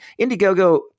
indiegogo